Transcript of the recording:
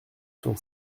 cent